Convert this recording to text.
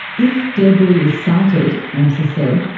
if debris is sighted amsa said,